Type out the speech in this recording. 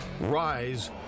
rise